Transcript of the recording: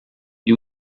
gli